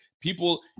people